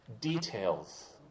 details